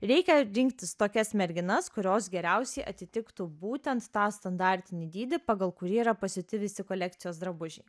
reikia rinktis tokias merginas kurios geriausiai atitiktų būtent tą standartinį dydį pagal kurį yra pasiūti visi kolekcijos drabužiai